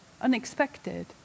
Unexpected